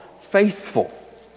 faithful